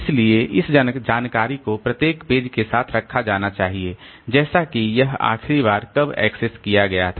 इसलिए इस जानकारी को प्रत्येक पेज के साथ रखा जाना चाहिए जैसे कि यह आखिरी बार कब एक्सेस किया गया था